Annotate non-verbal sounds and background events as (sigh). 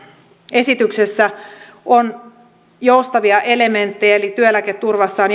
esityksessä on joustavia elementtejä eli työeläketurvassa on (unintelligible)